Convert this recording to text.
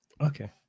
Okay